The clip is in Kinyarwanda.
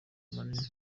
manini